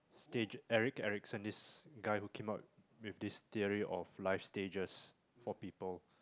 stage Eric Erickson this guy who came up with this theory of life stages for people